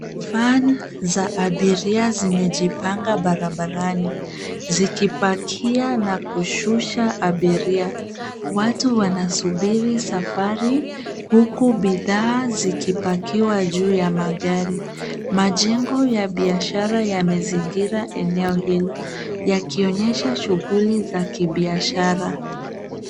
Van za abiria zimejipanga barabarani. Zikipakia na kushusha abiria. Watu wanasubiri safari, huku bidhaa zikipakiwa juu ya magari. Majengo ya biashara yamezingira eneo hilo. Yakionyesha shughuli za kibiashara.